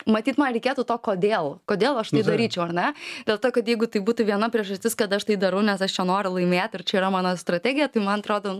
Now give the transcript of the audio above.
matyt man reikėtų to kodėl kodėl aš tai daryčiau ar ne dėl to kad jeigu tai būtų viena priežastis kad aš tai darau nes aš čia noriu laimėt ir čia yra mano strategija tai man atrodo